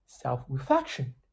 Self-reflection